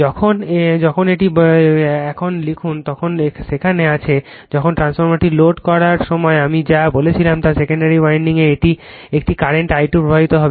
যখন এটি এখন লিখুন তখন সেখানে আছে যখন ট্রান্সফরমারটি লোড করার সময় আমি যা বলেছিলাম তা সেকেন্ডারি উইন্ডিংয়ে একটি কারেন্ট I2 প্রবাহিত হবে